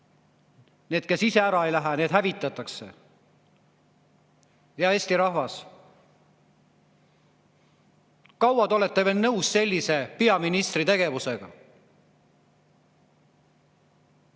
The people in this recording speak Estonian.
need, kes ise ära ei lähe, hävitatakse. Hea Eesti rahvas, kaua te olete veel nõus sellise peaministri tegevusega?